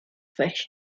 fish